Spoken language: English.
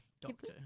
Doctor